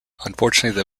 unfortunately